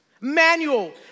manual